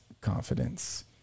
confidence